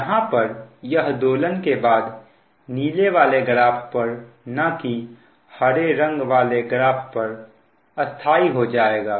यहां पर यह दोलन के बाद नीले वाले ग्राफ पर ना कि हरे रंग वाले ग्राफ पर स्थाई हो जाएगा